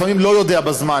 לפעמים לא יודע בזמן,